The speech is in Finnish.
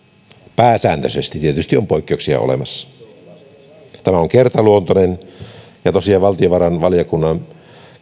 pääsääntöisesti tietysti on poikkeuksia olemassa tämä on kertaluontoinen ja tosiaan valtiovarainvaliokunnan